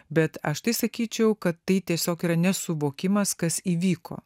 bet aš tai sakyčiau kad tai tiesiog yra nesuvokimas kas įvyko